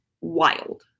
wild